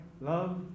Love